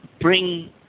bring